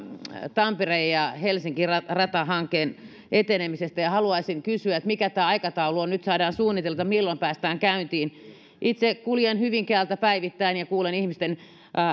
tampere helsinki ratahankkeen etenemisestä ja haluaisin kysyä mikä tämä aikataulu on nyt saadaan suunniteltua milloin päästään käyntiin itse kuljen hyvinkäältä päivittäin ja kuulen ihmisten